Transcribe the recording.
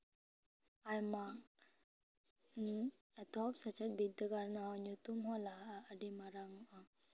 ᱟᱭᱢᱟ ᱮᱛᱚᱦᱚᱵ ᱥᱮᱪᱮᱫ ᱵᱤᱫᱽᱫᱟᱹᱜᱟᱲ ᱨᱮᱱᱟᱜ ᱧᱩᱛᱩᱢ ᱦᱚᱸ ᱞᱟᱦᱟᱜᱼᱟ ᱟᱹᱰᱤ ᱢᱟᱨᱟᱝ